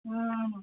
ꯎꯝ